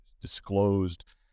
disclosed